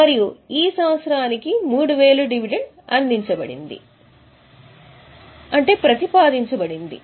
మరియు ఈ సంవత్సరానికి 3000 డివిడెండ్ అందించబడింది